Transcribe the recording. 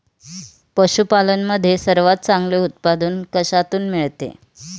पशूपालन मध्ये सर्वात चांगले उत्पादन कशातून मिळते?